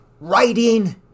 writing